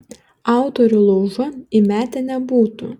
autorių laužan įmetę nebūtų